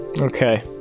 Okay